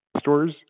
stores